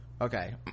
okay